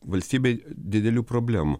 valstybei didelių problemų